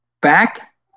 back